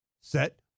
set